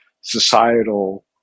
societal